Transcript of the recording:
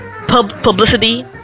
publicity